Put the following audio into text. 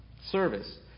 service